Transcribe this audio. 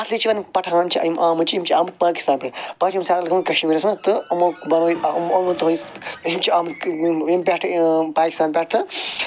اصلی چھِ ونان آمٕتۍ چھِ یِم چھِ آمٕتۍ پٲکِستانہٕ پیٹھ پتہٕ چھِ یِم سیٹٕل گٔمٕتۍ کشمیٖرس منٛز تہٕ یِمو بنوو یم چھِ آمٕتۍ ییٚتہِ پیٹھ پاکستانہٕ پیٹھ